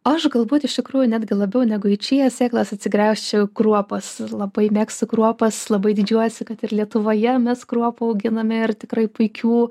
aš galbūt iš tikrųjų netgi labiau negu į čija sėklas atsigręžčiau kruopas labai mėgstu kruopas labai didžiuojuosi kad ir lietuvoje mes kruopų auginame ir tikrai puikių